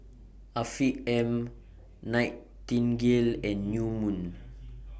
Afiq M Nightingale and New Moon